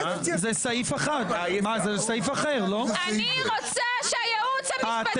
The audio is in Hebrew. אם אפשר למנות ראש עיר בשחיתות אז אי אפשר לקרוא לחברת כנסת?